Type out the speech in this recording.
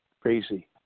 crazy